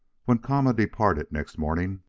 when kama departed next morning,